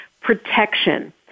protection